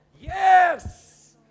Yes